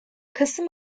kasım